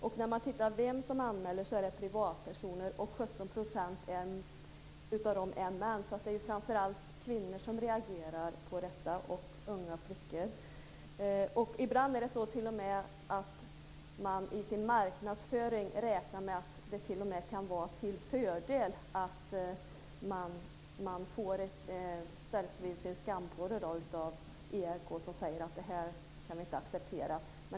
Det är privatpersoner som anmäler, och 17 % av dem är män. Det är framför allt kvinnor och unga flickor som reagerar. Ibland räknar man med att det kan vara till fördel i marknadsföringen att ställas vid en skampåle när ERK uttalar att det är något som inte accepteras.